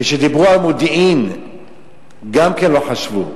כשדיברו על מודיעין גם כן לא חשבו.